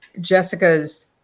Jessica's